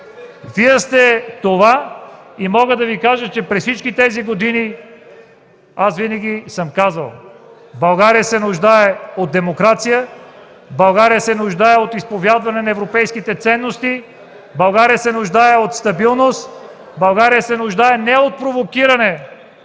фермери. Мога да Ви кажа, че през всичките тези години аз винаги съм казвал: „България се нуждае от демокрация, България се нуждае от изповядване на европейските ценности, България се нуждае от стабилност, България се нуждае не от провокиране